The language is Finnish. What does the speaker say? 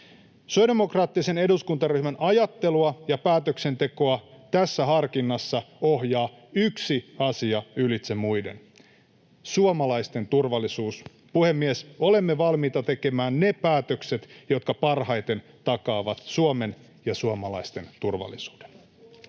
Sosiaalidemokraattisen eduskuntaryhmän ajattelua ja päätöksentekoa tässä harkinnassa ohjaa yksi asia ylitse muiden: suomalaisten turvallisuus. Puhemies! Olemme valmiita tekemään ne päätökset, jotka parhaiten takaavat Suomen ja suomalaisten turvallisuuden.